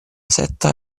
setta